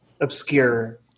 Obscure